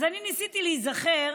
אז אני ניסיתי להיזכר,